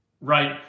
right